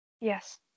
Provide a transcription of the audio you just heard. Yes